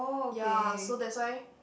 ya so that's why